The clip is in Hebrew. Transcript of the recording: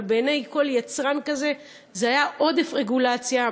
אבל בעיני כל יצרן כזה זה היה עודף רגולציה,